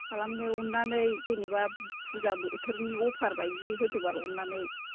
खालामदो अननानै जेनोबा फुजा बोथोरनि अफार बायदि होदो बाल अननानै